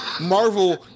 Marvel